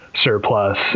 surplus